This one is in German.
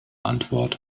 antwort